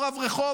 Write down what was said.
או רב רחוב,